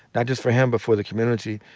not just for him but for the community.